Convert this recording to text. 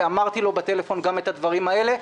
ואמרתי לו בטלפון גם את הדברים האלה.